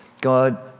God